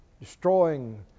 Destroying